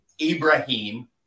Ibrahim